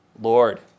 Lord